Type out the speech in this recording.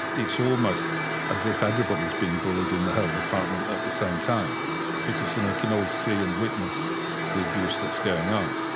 it's almost as if everybody is being bullied in the whole department at the same time because they ah can all see and witness the abuse that's going on.